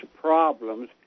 problems